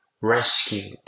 rescued